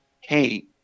hey